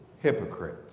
hypocrite